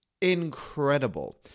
incredible